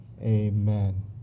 amen